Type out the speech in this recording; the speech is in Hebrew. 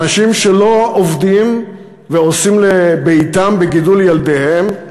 אנשים שלא עובדים ועושים לביתם בגידול ילדיהם.